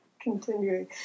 continuing